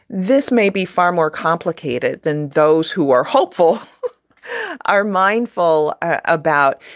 this may be far more complicated than those who are hopeful are mindful about.